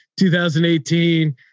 2018